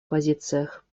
позициях